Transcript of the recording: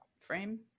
frame